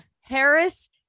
Harris